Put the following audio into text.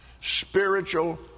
spiritual